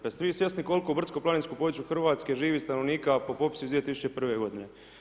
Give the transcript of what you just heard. Jeste vi svjesni koliko u brdsko-planinskom području Hrvatske živi stanovnika, a po popisu iz 2001. godine?